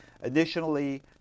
Additionally